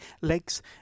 legs